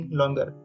longer